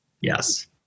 Yes